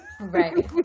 Right